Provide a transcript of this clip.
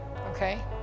okay